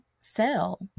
sell